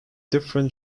different